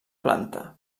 planta